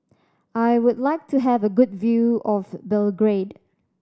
I would like to have a good view of Belgrade